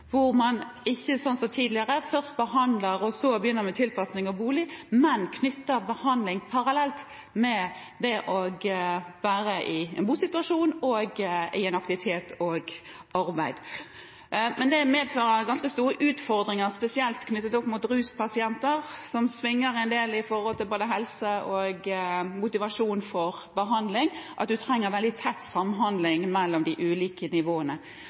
hvor man, ikke som tidligere først behandler og så begynner med tilpasning og bolig, men parallelt knytter behandling til det å være i en bosituasjon og i en aktivitet og i arbeid. Men det medfører ganske store utfordringer, spesielt knyttet opp mot ruspasienter, som svinger en del når det gjelder både helse og motivasjon for behandling. Man trenger veldig tett samhandling mellom de ulike nivåene.